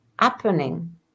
happening